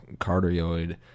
cardioid